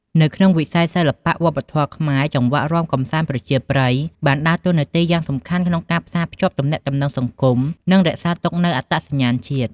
នៅក្នុងវិស័យសិល្បៈវប្បធម៌ខ្មែរ ចង្វាក់រាំកម្សាន្តប្រជាប្រិយបានដើរតួនាទីយ៉ាងសំខាន់ក្នុងការផ្សារភ្ជាប់ទំនាក់ទំនងសង្គម និងរក្សាទុកនូវអត្តសញ្ញាណជាតិ។